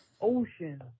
ocean